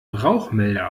rauchmelder